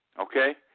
okay